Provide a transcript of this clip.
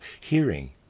hearing